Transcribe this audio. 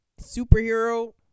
superhero